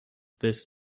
this